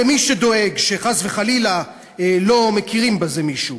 למי שדואג שחס וחלילה לא מכיר בזה מישהו.